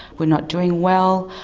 were not doing well,